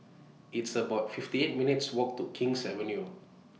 It's about fifty eight minutes' Walk to King's Avenue